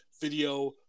video